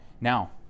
Now